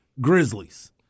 Grizzlies